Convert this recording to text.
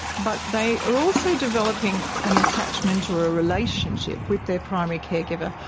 but they are also developing an attachment or a relationship with their primary care giver,